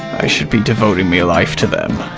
i should be devoting me life to them.